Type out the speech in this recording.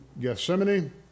Gethsemane